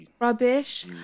rubbish